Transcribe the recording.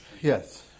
Yes